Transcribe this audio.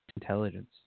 intelligence